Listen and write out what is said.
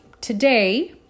today